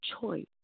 choice